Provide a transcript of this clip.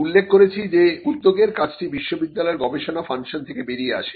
উল্লেখ করেছি যে উদ্যোগের কাজটি বিশ্ববিদ্যালয়ের গবেষণা ফাংশন থেকে বেরিয়ে আসে